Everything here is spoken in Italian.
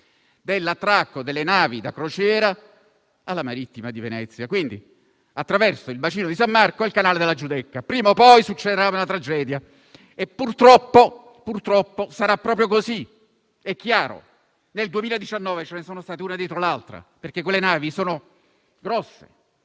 dell'attracco delle navi da crociera alla marittima di Venezia, quindi attraverso il bacino di San Marco e il canale della Giudecca. Prima o poi succederà una tragedia e purtroppo sarà proprio così, è chiaro. Nel 2019 ce ne sono state una dietro l'altra, perché quelle navi sono grosse,